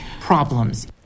problems